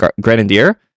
Grenadier